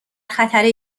خطر